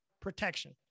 protection